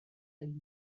egin